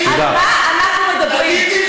על מה אנחנו מדברים?